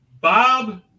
Bob